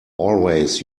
always